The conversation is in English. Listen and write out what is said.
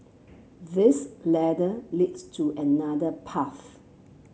this ladder leads to another path